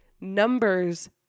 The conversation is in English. numbers